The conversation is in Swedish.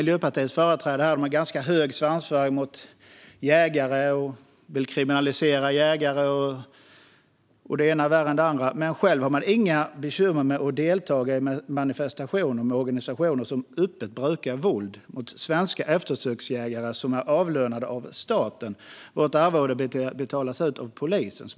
Miljöpartiets företrädare har ganska hög svansföring och vill kriminalisera jägare men har själva inga problem med att delta i manifestationer med organisationer som öppet brukar våld mot svenska eftersöksjägare som är avlönade av staten och får sitt arvode av polisen.